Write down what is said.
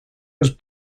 was